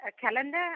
calendar